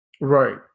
Right